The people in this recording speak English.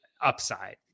upside